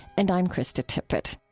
and i'm krista tippett